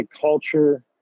culture